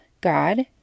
God